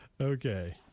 Okay